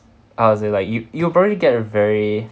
how to say like you you probably get a very